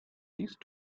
these